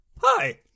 Hi